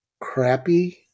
crappy